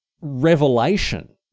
revelation